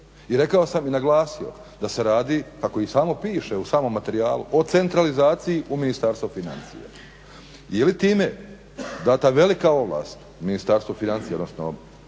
I rekao sam i naglasio da se radi kako i samo piše u samom materijalu o centralizaciji u Ministarstvu financija. Je li time dana velika ovlast Ministarstvu financija odnosno ministru